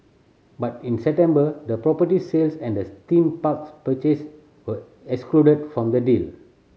but in the property sales and the theme parks purchase were excluded from the deal